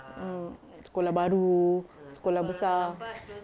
mm sekolah baru sekolah besar